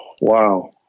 Wow